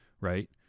right